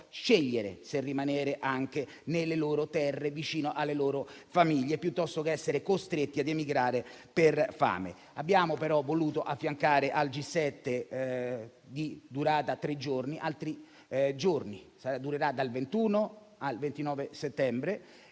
scegliere anche se rimanere nelle loro terre, vicino alle loro famiglie, piuttosto che essere costretti ad emigrare per fame. Abbiamo però voluto affiancare al G7, la cui durata è di tre giorni, altri giorni: dal 21 al 29 settembre